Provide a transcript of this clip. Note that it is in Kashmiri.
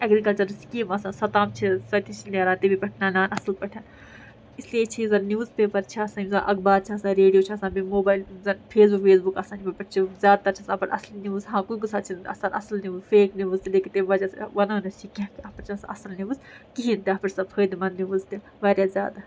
اٮ۪گرِکَلچر سیٖکم آسان سۄ تام چھِ سۄ تہِ چھِ نیران تمی پٮ۪ٹھ نَنان اَصٕل پٲٹھۍ اِسلیے چھِ یُس زن نِوٕز پیٚپر چھِ آسان یُس زَن اخبار چھِ آسان ریٚڈیو چھِ آسان بیٚیہِ موبایل زَن فیسبُک ویسبُک آسان یِمن پٮ۪ٹھ چھِ زیادٕ تر چھِ آسان اصلی نِوٕز ہاں کُنہِ کُنہِ سات چھِنہٕ آسان اصٕل نِوٕز فیک نِوٕز تہِ لیکِن تمہِ وجہ سۭتۍ وَنان اتھ پٮ۪ٹھ چھِ آسان آصٕل نِوٕز کِہیٖنۍ تہِ اتھ پٮ۪ٹھ چھِ آسان فٲیدٕ منٛد نِوٕز تہِ وارِیاہ زیادٕ